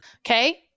Okay